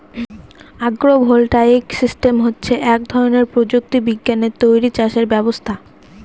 আগ্র voltaic system হচ্ছে এক ধরনের প্রযুক্তি বিজ্ঞানে তৈরী চাষের ব্যবস্থা